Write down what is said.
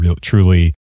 truly